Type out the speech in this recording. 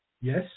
yes